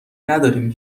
نداریم